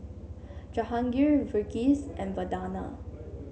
Jahangir Verghese and Vandana